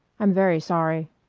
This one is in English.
i'm very sorry.